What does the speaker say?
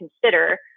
consider